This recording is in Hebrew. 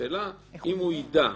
השאלה אם הוא יידע.